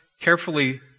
carefully